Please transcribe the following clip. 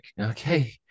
okay